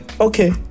okay